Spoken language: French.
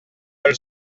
vol